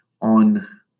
on